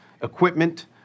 equipment